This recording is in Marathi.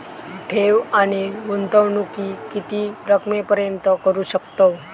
ठेव आणि गुंतवणूकी किती रकमेपर्यंत करू शकतव?